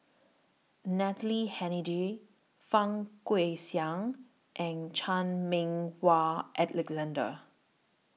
Natalie Hennedige Fang Guixiang and Chan Meng Wah Alexander